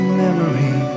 memory